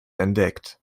entdeckt